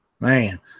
Man